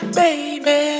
baby